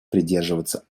придерживаться